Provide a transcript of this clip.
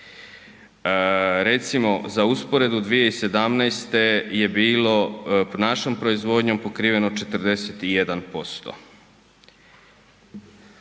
Recimo za usporedbu 2017. je bilo našom proizvodnjom pokriveno 41%.